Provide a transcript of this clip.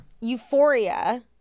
Euphoria